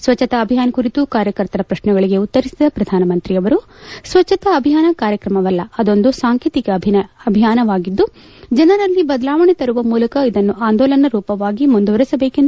ಸ್ನಚ್ಚತಾ ಅಭಿಯಾನ ಕುರಿತು ಕಾರ್ಯಕರ್ತರ ಪ್ರಶ್ನೆಗಳಿಗೆ ಉತ್ತರಿಸಿದ ಪ್ರಧಾನಮಂತ್ರಿಯವರು ಸ್ವಚ್ಚತಾ ಅಭಿಯಾನ ಕಾರ್ಯಕ್ರಮವಲ್ಲ ಅದೊಂದು ಸಾಂಕೇತಿಕ ಅಭಿಯಾನವಾಗಿದ್ದು ಜನರಲ್ಲಿ ಬದಲಾವಣೆ ತರುವ ಮೂಲಕ ಇದನ್ನು ಆಂದೋಲನ ರೂಪವಾಗಿ ಮುಂದುವರಿಸಬೇಕೆಂದು ಸಲಹೆ ಮಾಡಿದ್ದಾರೆ